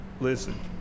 Listen